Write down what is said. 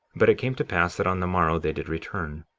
but it came to pass that on the morrow they did return.